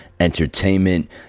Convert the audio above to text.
entertainment